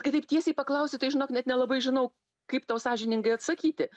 kai taip tiesiai paklausi tai žinok net nelabai žinau kaip tau sąžiningai atsakyti